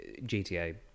GTA